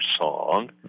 song